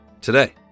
Today